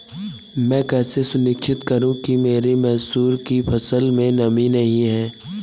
मैं कैसे सुनिश्चित करूँ कि मेरी मसूर की फसल में नमी नहीं है?